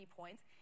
points